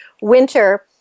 winter